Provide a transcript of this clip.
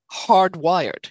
hardwired